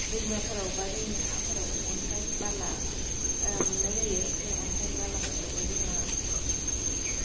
दैमाफोराव बा हाफोराव अन्थाइ बाला मोन्नाय जायो बे अन्थाइ बालाफोरखौबो जोङो